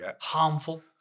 harmful